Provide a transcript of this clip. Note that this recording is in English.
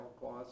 clause